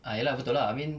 ah ya lah betul lah I mean